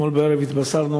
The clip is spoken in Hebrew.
אתמול בערב התבשרנו